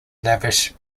lavish